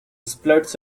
splits